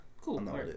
Cool